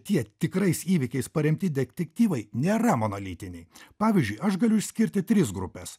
tie tikrais įvykiais paremti detektyvai nėra monolitiniai pavyzdžiui aš galiu išskirti tris grupes